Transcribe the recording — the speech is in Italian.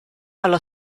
alla